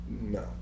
No